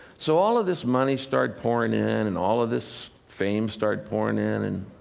so all of this money started pouring in, and all of this fame started pouring in. and